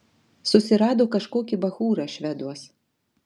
susirado kažkokį bachūrą šveduos